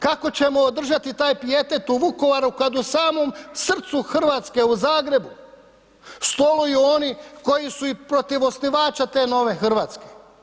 Kako ćemo održati taj pijetet u Vukovaru kada u samom srcu Hrvatske u Zagrebu stoluju oni koji su i protiv osnivača te nove Hrvatske?